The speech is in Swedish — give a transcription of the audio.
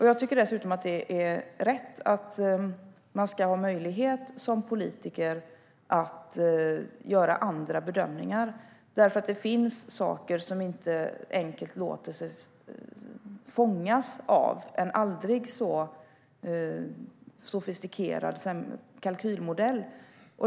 Jag tycker dessutom att det är rätt att man som politiker ska ha möjlighet att göra andra bedömningar, för det finns saker som inte enkelt låter sig fångas av en aldrig så sofistikerad kalkylmodell.